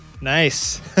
Nice